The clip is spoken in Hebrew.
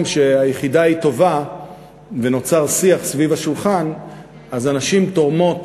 שהיחידה היא טובה ונוצר שיח סביב השולחן אז הנשים תורמות